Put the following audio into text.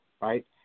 right